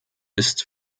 ist